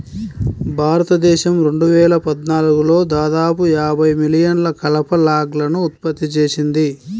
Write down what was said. భారతదేశం రెండు వేల పద్నాలుగులో దాదాపు యాభై మిలియన్ల కలప లాగ్లను ఉత్పత్తి చేసింది